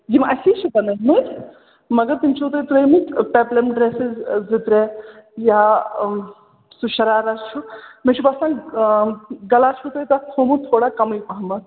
یِم اَسی چھِ بنٲیمٕتۍ مگر تِم چھُو تۄہہِ ترٛٲیمٕتۍ پٮ۪پلَم ڈرٛیٚسٕز زٕ ترٛےٚ یا سُہ شَرارہ چھُ مےٚ چھُ باسان گلَہ چھُو تۄہہِ تَتھ تھوٚمُت تھوڑا کَمٕے پہمَتھ